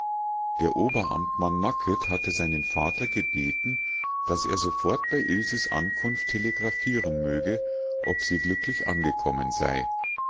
der oberamtmann macket hatte seinen vater gebeten daß er sofort bei ilses ankunft telegraphieren möge ob sie glücklich angekommen sei